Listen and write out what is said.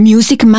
Music